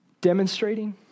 demonstrating